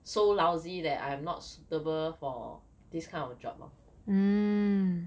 so lousy that I am not suitable for this kind of job lor